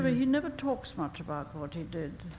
ah he never talks much about what he did,